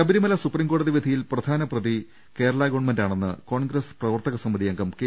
Sabarimala supreme കോടതി വിധിയിൽ പ്രധാന പ്രതി കേരളാ ഗവൺമെന്റാണെന്ന് കോൺഗ്രസ് പ്രവർത്തക സമിതി അംഗം കെ